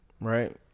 right